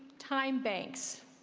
time banks.